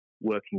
working